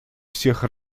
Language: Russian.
всех